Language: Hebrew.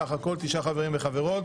סך הכול תשעה חברים וחברות.